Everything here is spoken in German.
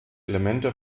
elemente